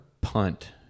punt